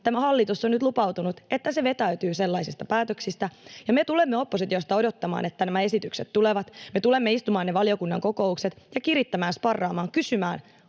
tämä hallitus on nyt lupautunut, että se vetäytyy sellaisista päätöksistä, ja me tulemme oppositiosta odottamaan, että nämä esitykset tulevat. Me tulemme istumaan ne valiokunnan kokoukset ja kirittämään, sparraamaan, kysymään,